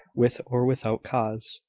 with or without cause,